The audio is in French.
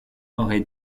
aurait